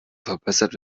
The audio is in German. verbessert